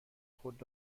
خود